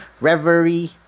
reverie